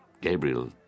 Gabriel